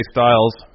Styles